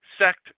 sect